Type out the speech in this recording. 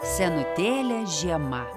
senutėlė žiema